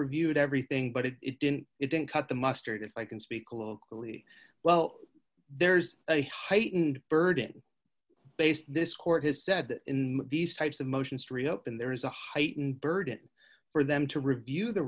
reviewed everything but it it didn't it didn't cut the mustard if i can speak locally well there's a heightened burden based this court has said that in these types of motions to reopen there is a heightened burden for them to review the